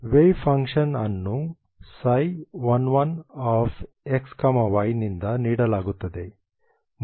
wave function ಅನ್ನು ψ1 1xy ನಿಂದ ನೀಡಲಾಗುತ್ತದೆ